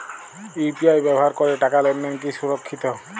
UPI ব্যবহার করে টাকা লেনদেন কি সুরক্ষিত?